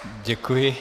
Děkuji.